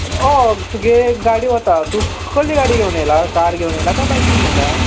हय तुगे गाडी वता तूं कसली गाडी घेवन येला कार घेवन येला कांय बायक घेवन येला